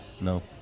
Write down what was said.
No